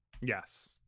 Yes